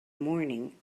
morning